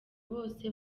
bose